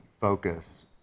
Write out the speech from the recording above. focus